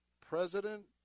President